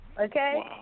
okay